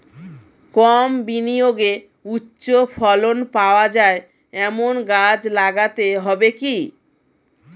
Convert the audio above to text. কম বিনিয়োগে উচ্চ ফলন পাওয়া যায় এমন গাছ লাগাতে হবে কি?